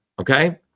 okay